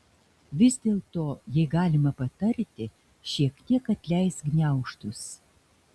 vis dėlto jei galima patarti šiek tiek atleisk gniaužtus